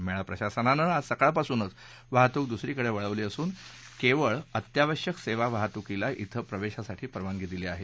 मेळा प्रशासनानं आज सकाळपासूनच वाहतूक दुसरीकडे वळवली असून केवळ अत्यावश्यक सेवा वाहतूकीला शि प्रवेशासाठी परवानगी दिली आहे